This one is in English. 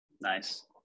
Nice